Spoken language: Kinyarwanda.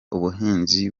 ubuhinzi